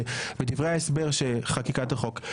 בדברי ההסבר של חקיקת החוק.